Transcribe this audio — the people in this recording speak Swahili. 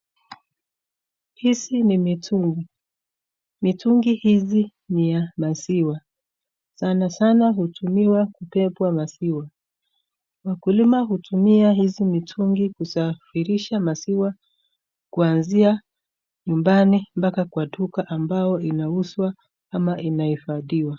Hizi ni mitungi. Mitungi hizi ni ya maziwa. Sana sana hutumiwa kubebwa maziwa. Wakulima hutumia hizi mitungi kusafirisha maziwa kuanzia nyumbani mpaka kwa duka ambayo inauzwa ama inahifadhiwa.